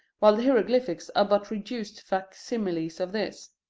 while the hieroglyphics are but reduced fac-similes of these.